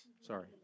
Sorry